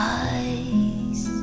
eyes